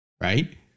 right